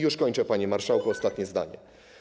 Już kończę, panie marszałku, ostatnie zdanie.